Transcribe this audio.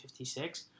56